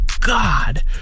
God